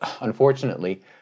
unfortunately